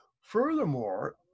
furthermore